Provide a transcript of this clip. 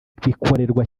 bikorerwa